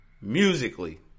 Musically